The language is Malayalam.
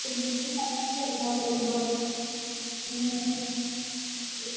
പിന്നെ ഇതിൻ്റെ ഫൈനും കാര്യങ്ങളൊക്കെ വരുമ്പം എങ്ങനെയാണ് ലീത്